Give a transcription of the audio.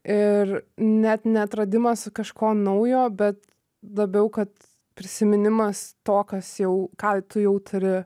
ir net neatradimas kažko naujo bet labiau kad prisiminimas to kas jau ką tu jau turi